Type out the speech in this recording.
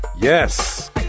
Yes